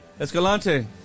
Escalante